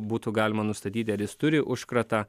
būtų galima nustatyti ar jis turi užkratą